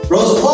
Rosa